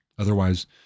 Otherwise